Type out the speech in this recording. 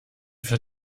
für